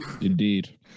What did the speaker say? Indeed